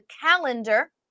calendar